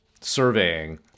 surveying